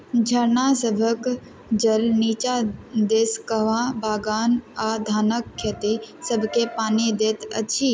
झरना सबहक जल नीचा दिस कहवा बागान आ धानक खेती सभकेँ पानि दैत अछि